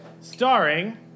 Starring